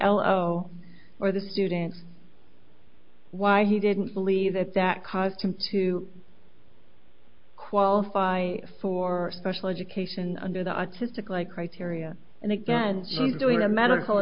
l o or the students why he didn't believe that that caused him to qualify for special education under the autistic like criteria and again doing a medical